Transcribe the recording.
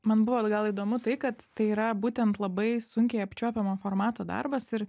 man buvo gal įdomu tai kad tai yra būtent labai sunkiai apčiuopiamo formato darbas ir